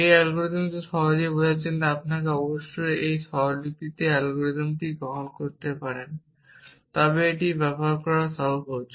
এই অ্যালগরিদমটি সহজে বোঝার জন্য আপনি সর্বদা এই স্বরলিপিতে অ্যালগরিদমটি গ্রহণ করতে পারেন তবে এটি ব্যবহার করা সহজ